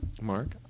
Mark